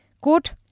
quote